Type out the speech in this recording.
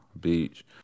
Beach